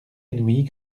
inouïe